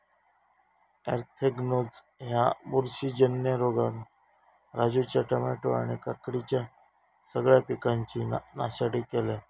anthracnose ह्या बुरशीजन्य रोगान राजूच्या टामॅटो आणि काकडीच्या सगळ्या पिकांची नासाडी केल्यानं